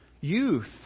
youth